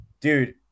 Dude